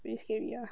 very scary ah